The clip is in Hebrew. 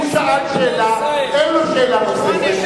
הוא שאל שאלה, אין לו שאלה נוספת.